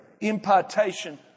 Impartation